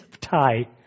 tie